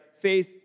faith